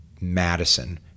Madison